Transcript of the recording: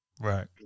Right